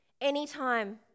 Anytime